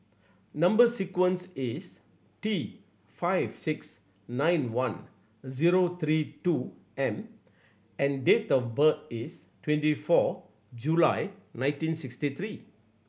number sequence is D five six nine one zero three two M and date of birth is twenty four July nineteen sixty three